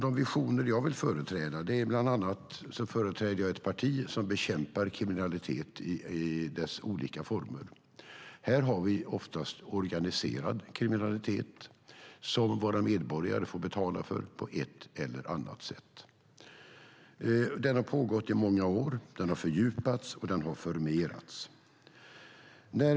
De visioner jag har kommer till uttryck i att jag företräder ett parti som bekämpar kriminalitet i dess olika former. Här handlar det ofta om organiserad kriminalitet som våra medborgare får betala för på ett eller annat sätt. Denna brottslighet har pågått i många år, den har fördjupats och den har förmerats.